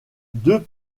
deux